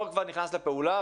אבל כבר נכנס לפעולה.